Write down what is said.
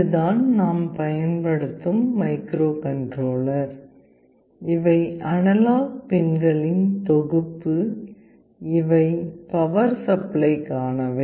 இதுதான் நாம் பயன்படுத்தும் மைக்ரோகண்ட்ரோலர் இவை அனலாக் பின்களின் தொகுப்பு இவை பவர் சப்ளைக்கானவை